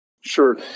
Sure